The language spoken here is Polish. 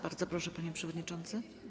Bardzo proszę, panie przewodniczący.